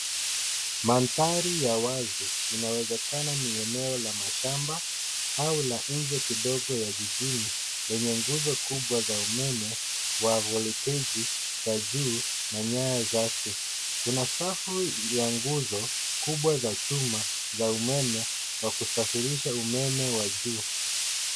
Mandhari ya wazi, inawezekana ni eneo la mashamba au la nje kidogo la jijini lenye nguzo kubwa za umeme wa volteji za juu na nyaya zake. Kuna safu ya nguzo kubwa za chuma za umeme wa kusafirisha umeme wa juu.